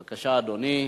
בבקשה, אדוני,